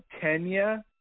kenya